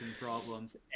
problems